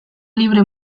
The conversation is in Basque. libre